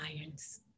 Irons